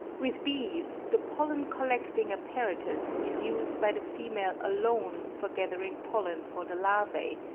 with bees the pollen-collecting apparatus is used by the female alone for gathering pollen for the larvae,